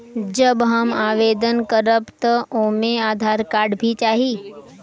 जब हम आवेदन करब त ओमे आधार कार्ड भी चाही?